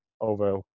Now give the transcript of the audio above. over